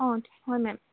অঁ হয় মেম